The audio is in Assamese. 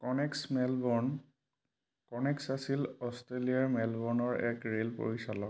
কনেক্স মেলব'ৰ্ণ কনেক্স আছিল অষ্ট্ৰেলিয়াৰ মেলব'ৰ্ণৰ এক ৰে'ল পৰিচালক